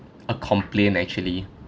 a complaint actually